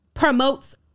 promotes